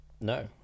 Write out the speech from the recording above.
no